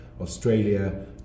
Australia